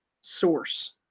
source